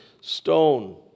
stone